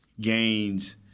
gains